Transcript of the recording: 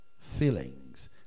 feelings